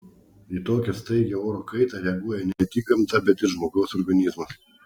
į tokią staigią oro kaitą reaguoja ne tik gamta bet ir žmogaus organizmas